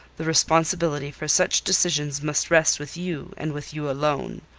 the responsibility for such decisions must rest with you, and with you alone.